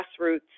grassroots